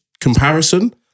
comparison